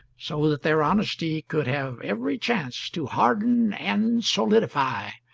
so that their honesty could have every chance to harden and solidify,